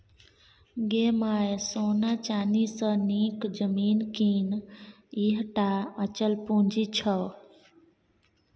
गै माय सोना चानी सँ नीक जमीन कीन यैह टा अचल पूंजी छौ